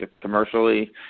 commercially